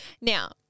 now